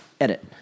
Edit